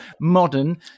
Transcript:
modern